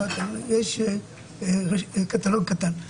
יש קטלוג קטן.